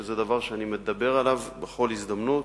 שזה דבר שאני מדבר עליו בכל הזדמנות,